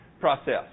process